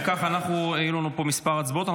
אם כך, יש לנו כמה הצבעות.